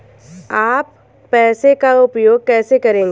आप पैसे का उपयोग कैसे करेंगे?